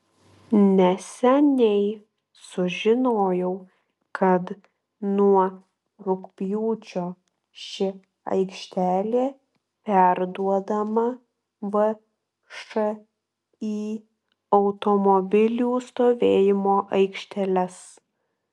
neseniai sužinojau kad nuo rugpjūčio ši aikštelė perduodama všį automobilių stovėjimo aikštelės